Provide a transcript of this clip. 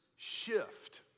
shift